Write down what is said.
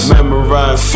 Memorize